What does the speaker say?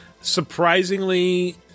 surprisingly